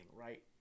Right